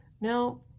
Now